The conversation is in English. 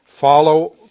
follow